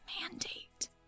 mandate